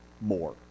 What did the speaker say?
more